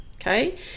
Okay